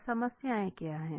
अब समस्याएं क्या हैं